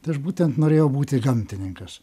tai aš būtent norėjau būti gamtininkas